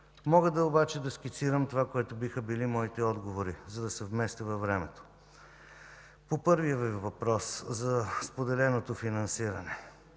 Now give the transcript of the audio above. Мога обаче да скицирам това, което биха били моите отговори, за да се вместя във времето. По първия Ви въпрос – за споделеното финансиране.